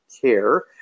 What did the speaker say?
care